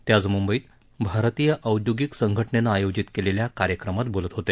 ते आज मुंबईत भारतीय औद्योगिक संघटनेनं आयोजित केलेल्या कार्यक्रमात बोलत होते